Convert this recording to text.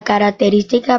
característica